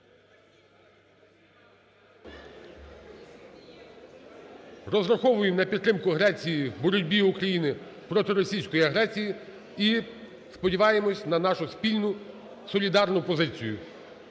Розраховуємо на підтримку Греції в боротьбі України проти російської агресії і сподіваємося на нашу спільну солідарну позицію.